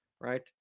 Right